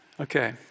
Okay